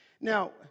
Now